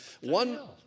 One